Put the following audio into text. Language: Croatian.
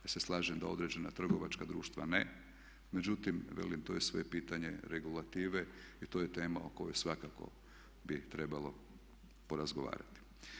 Ja se slažem da određena trgovačka društva ne, međutim, velim, to je sve pitanje regulative jer to je tema o kojoj svakako bi trebalo porazgovarati.